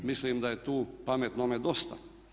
Mislim da je tu pametnome dosta.